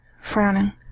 frowning